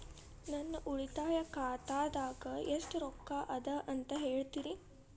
ನನ್ನ ಉಳಿತಾಯ ಖಾತಾದಾಗ ಎಷ್ಟ ರೊಕ್ಕ ಅದ ಅಂತ ಹೇಳ್ತೇರಿ?